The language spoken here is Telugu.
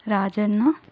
రాజన్న